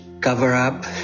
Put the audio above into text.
cover-up